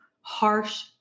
harsh